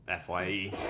FYE